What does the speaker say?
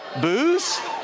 Booze